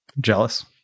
Jealous